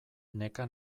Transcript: neka